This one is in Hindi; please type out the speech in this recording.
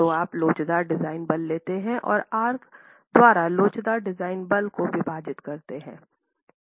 तो आप लोचदार डिजाइन बल लेते हैं और आर द्वारा लोचदार डिजाइन बल को विभाजित करते हैं